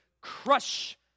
crush